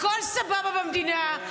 הכול סבבה במדינה,